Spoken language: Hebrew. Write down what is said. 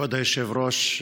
כבוד היושב-ראש,